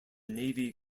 navy